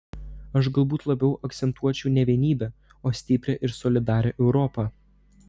aš galbūt labiau akcentuočiau ne vienybę o stiprią ir solidarią europą